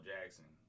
Jackson